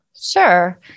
Sure